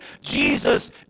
Jesus